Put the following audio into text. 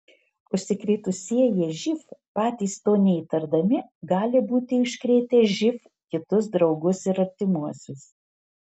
užsikrėtusieji živ patys to neįtardami gali būti užkrėtę živ kitus draugus ir artimuosius